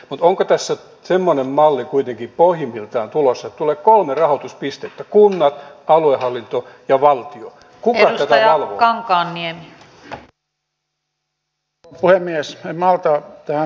onko tässä semmoinen malli kuitenkin pohjimmiltaan tulossa niinpä hallituksen linjaukset korkeakoulujen profiloitumisesta ja keskittymisestä ovat tervetulleita